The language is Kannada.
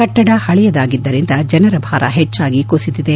ಕಟ್ಟಡ ಹಳೆಯದಾಗಿದ್ದರಿಂದ ಜನರ ಭಾರ ಹೆಚ್ಚಾಗಿ ಕುಸಿದಿದೆ